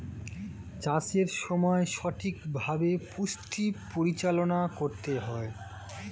চাষের সময় সঠিকভাবে পুষ্টির পরিচালনা করতে হয়